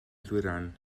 ddwyrain